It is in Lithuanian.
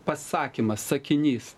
pasakymas sakinys